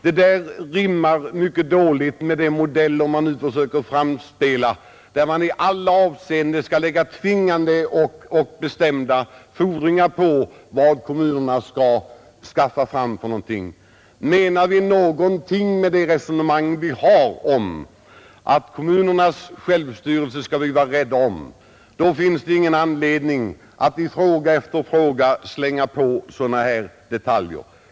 Detta rimmar illa med de modeller som man nu försöker driva fram med bestämda och tvingande krav på kommunerna. Menar vi någonting med vårt resonemang om att vi skall vara rädda om kommunernas självstyrelse finns det ingen anledning för riksdagen att i fråga efter fråga lägga på kommunerna nya uppgifter.